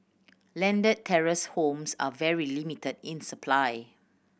landed terrace homes are very limited in supply